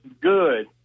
good